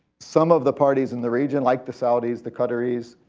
some of the parties in the region, like the saudis, the qataris,